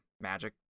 magic